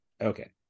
Okay